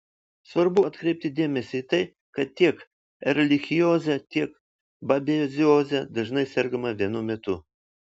svarbu atkreipti dėmesį į tai kad tiek erlichioze tiek babezioze dažnai sergama vienu metu